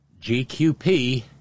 GQP